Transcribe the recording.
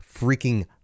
freaking